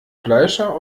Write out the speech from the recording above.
fleischer